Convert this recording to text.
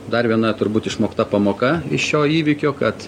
dar viena turbūt išmokta pamoka iš šio įvykio kad